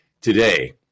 today